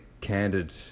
candid